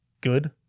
good